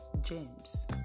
James